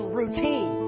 routine